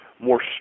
More